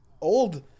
old